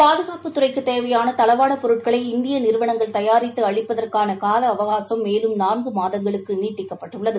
பாதுகாப்புத் துறைக்குத் தேவையான தளவாடப் பொருட்களை இந்திய நிறுவனங்கள் தயாரித்து அளிப்பதற்கான கால அவகாசும் மேலும் நான்கு மாதங்களுக்கு நீடிக்கப்பட்டுள்ளது